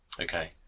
Okay